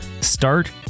start